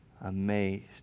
amazed